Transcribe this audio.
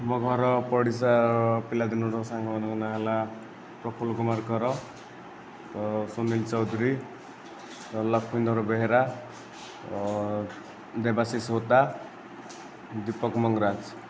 ଆମ ଘର ପଡ଼ିଶା ପିଲାଦିନର ସାଙ୍ଗମାନଙ୍କ ନାଁ ହେଲା ପ୍ରଫୁଲ କୁମାର କର ସୁନିଲ ଚୌଧୁରୀ ଲକ୍ଷ୍ମୀଧର ବେହେରା ଦେବାଶିଷ ହୋତା ଦୀପକ ମଙ୍ଗରାଜ